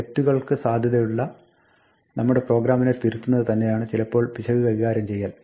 തെറ്റുകൾക്ക് സാധ്യതയുള്ള നമ്മുടെ പ്രോഗ്രാമിനെ തിരുത്തുന്നത് തന്നെയാണ് ചിലപ്പോൾ പിശക് കൈകാര്യം ചെയ്യൽ